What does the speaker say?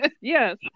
Yes